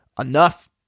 enough